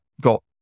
Got